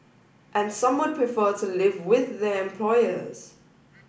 and some would prefer to live with their employers